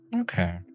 Okay